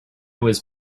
was